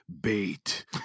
bait